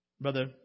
Brother